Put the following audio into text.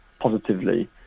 positively